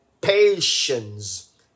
patience